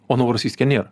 o novorosijske nėra